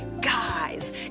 Guys